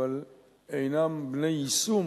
אבל הם אינם בני-יישום